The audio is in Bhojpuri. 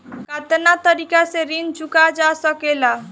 कातना तरीके से ऋण चुका जा सेकला?